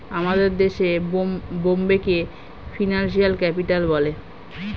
আমাদের দেশে বোম্বেকে ফিনান্সিয়াল ক্যাপিটাল বলে